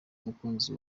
umukunzi